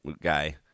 guy